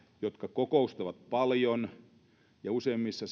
jotka kokoustavat paljon ja useimmissa